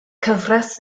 cyfres